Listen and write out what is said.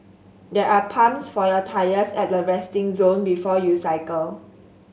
there are pumps for your tyres at the resting zone before you cycle